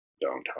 downtown